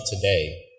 today